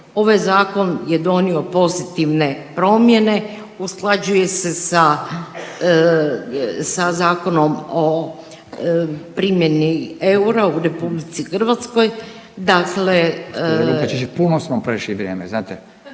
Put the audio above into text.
ovaj zakon je donio pozitivne promjene, usklađuje se sa zakonom o primjeni eura u RH, dakle